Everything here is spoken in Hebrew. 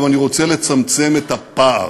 אבל אני רוצה לצמצם את הפער.